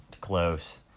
close